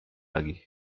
lagi